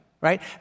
right